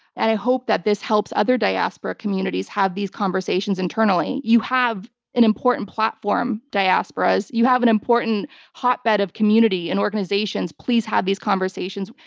and i hope that this helps other diaspora communities have these conversations internally. you have an important platform, diasporas. you have an important hotbed of community and organizations. please have these conversations.